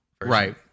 right